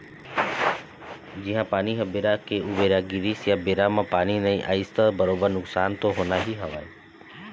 जिहाँ पानी ह बेरा के उबेरा गिरिस या बेरा म पानी नइ आइस त बरोबर नुकसान तो होना ही हवय